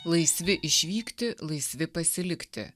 laisvi išvykti laisvi pasilikti